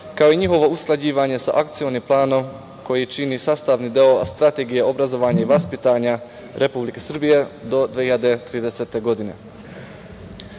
kao i njihovo usklađivanje sa Akcionim planom koji čini sastavni deo Strategije obrazovanja i vaspitanja Republike Srbije do 2030. godine. Zavod